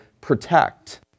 protect